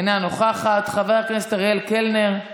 אינה נוכחת, חבר הכנסת אריאל קלנר,